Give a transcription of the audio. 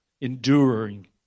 Enduring